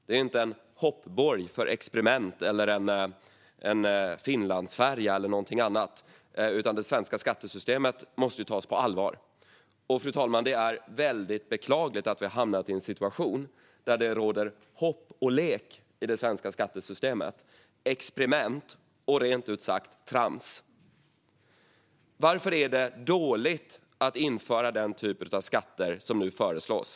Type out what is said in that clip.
Det är inte en hoppborg, ett experiment, en Finlandsfärja eller något annat. Det svenska skattesystemet måste tas på allvar. Fru talman! Det är beklagligt att vi har hamnat i en situation där det i det svenska skattesystemet råder hopp och lek, experiment och rent ut sagt trams. Varför är det dåligt att införa den typ av skatt som nu föreslås?